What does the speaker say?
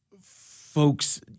folks